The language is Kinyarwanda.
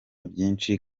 byinshi